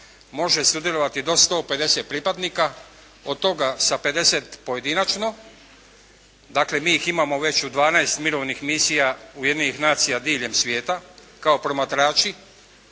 može sudjelovati do 150 pripadnika, od toga sa 50 pojedinačno. Dakle, mi ih imamo već u 12 mirovnih misija Ujedinjenih nacija diljem svijeta kao promatrači